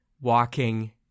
walking